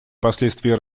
последствия